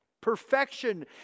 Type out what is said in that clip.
perfection